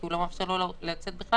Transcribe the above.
כי הוא לא מאפשר לו לצאת בכלל?